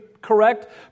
correct